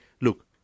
look